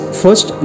first